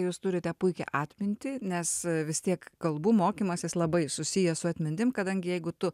jūs turite puikią atmintį nes vis tiek kalbų mokymasis labai susijęs su atmintim kadangi jeigu tu